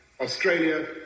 Australia